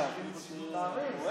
אבל